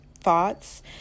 thoughts